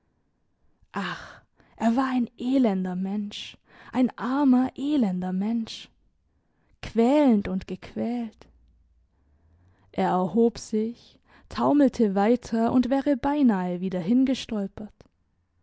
er war ein elender mensch ein armer elender mensch quälend und gequält er erhob sich taumelte weiter und wäre beinahe wieder hingestolpert